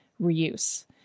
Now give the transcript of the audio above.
reuse